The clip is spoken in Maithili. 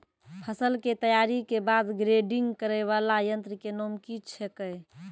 फसल के तैयारी के बाद ग्रेडिंग करै वाला यंत्र के नाम की छेकै?